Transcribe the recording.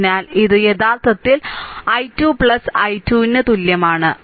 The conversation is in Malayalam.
അതിനാൽ ഇത് യഥാർത്ഥത്തിൽ i 2 i 2 ന് തുല്യമാണ് ശരി